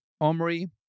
Omri